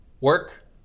Work